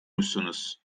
musunuz